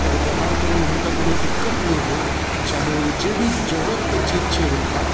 एगो व्यापार करैमे हुनका कोनो दिक्कत नहि हुअ चाहे ओ जे भी जरूरत कऽ चीज छै हुनका